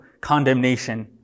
condemnation